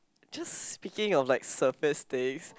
just speaking of like surface things